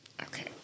Okay